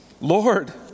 Lord